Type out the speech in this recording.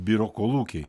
biro kolūkiai